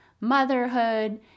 motherhood